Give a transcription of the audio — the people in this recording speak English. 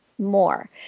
more